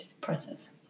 process